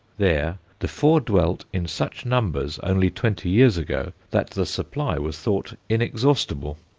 there the four dwelt in such numbers only twenty years ago that the supply was thought inexhaustible.